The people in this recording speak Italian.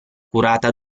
curata